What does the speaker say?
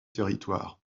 territoire